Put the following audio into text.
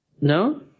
No